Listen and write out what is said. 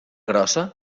grossa